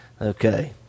Okay